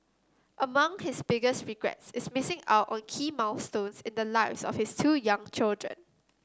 among his biggest regrets is missing out on key milestones in the lives of his two young children